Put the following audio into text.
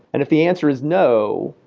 and if the answer is no,